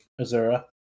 azura